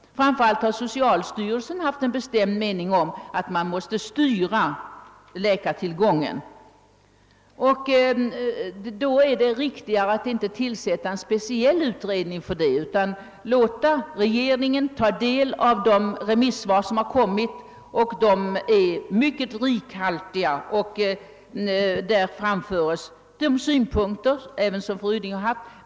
Framför allt har socialstyrelsen haft en bestämd mening om att läkartillgången måste styras. Då är det riktigare att inte tillsätta en speciell utredning utan låta regeringen ta del av de remisssvar som kommit. De är mycket rikhaltiga, och däri framförs även de synpunkter som fru Ryding har haft.